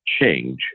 change